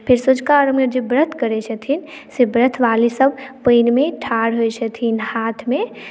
फेर सँझुका अर्घ्यमे जे व्रत करैत छथिन से व्रतवालीसभ पानिमे ठाढ़ होइत छथिन हाथमे